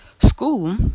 School